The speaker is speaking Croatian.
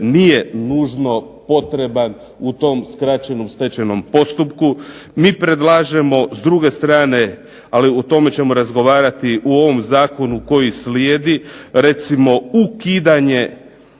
nije nužno potreban u tom skraćenom stečajnom postupku. Mi predlažemo s druge strane, ali o tome ćemo razgovarati u ovom zakonu koji slijedi, recimo ukidanje,